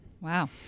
Wow